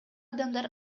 адамдар